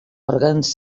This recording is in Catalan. òrgans